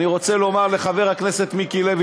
אני רוצה לומר לחבר הכנסת מיקי לוי,